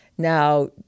Now